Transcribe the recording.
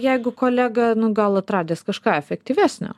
jeigu kolega nu gal atradęs kažką efektyvesnio